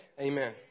amen